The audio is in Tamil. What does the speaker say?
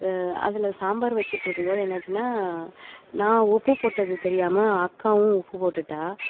அதில் சாம்பார் வச்சிட் இருக்கும்போது என்னாச்சுன்னா நான் உப்பு போட்டது தெரியாம அக்காவும் உப்பு போட்டு விட்டா